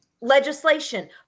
legislation